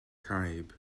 caib